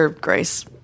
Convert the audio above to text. Grace